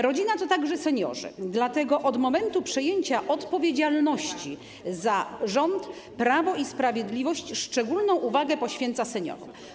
Rodzina to także seniorzy, dlatego od momentu przejęcia odpowiedzialności za rząd Prawo i Sprawiedliwość szczególną uwagę poświęca seniorom.